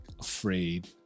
afraid